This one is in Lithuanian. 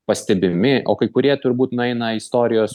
pastebimi o kai kurie turbūt na eina istorijos